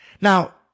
Now